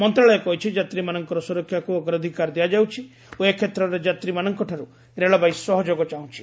ମନ୍ତ୍ରଣାଳୟ କହିଛି ଯାତ୍ରୀମାନଙ୍କର ସୁରକ୍ଷାକୁ ଅଗ୍ରାଧିକାର ଦିଆଯାଉଛି ଓ ଏ କ୍ଷେତ୍ରରେ ଯାତ୍ରୀମାନଙ୍କଠାରୁ ରେଳବାଇ ସହଯୋଗ ଚାହୁଁଛି